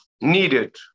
needed